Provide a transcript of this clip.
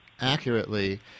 accurately